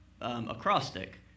acrostic